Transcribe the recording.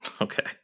okay